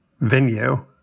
venue